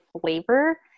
flavor